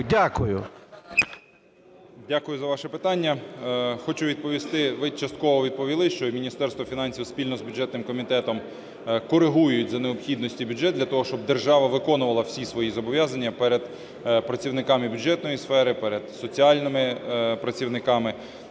Дякую за ваше питання. Хочу відповісти. Ви частково відповіли, що Міністерство фінансів спільно з бюджетним комітетом корегують за необхідності бюджет для того, щоб держава виконувала всі свої зобов'язання перед працівниками бюджетної сфери, перед соціальними працівниками.